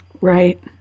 Right